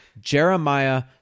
Jeremiah